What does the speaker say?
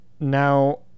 Now